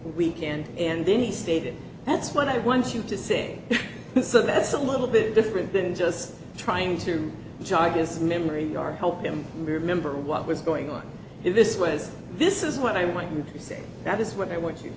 weekend and then he stated that's what i want you to say so that's a little bit different than just trying to charge his memory or help him remember what was going on if this was this is what i want to say that is what i want you